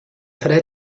fre